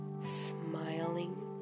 smiling